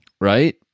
right